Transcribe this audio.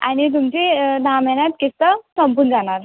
आणि तुमची दहा महिन्यात किस्त संपून जाणार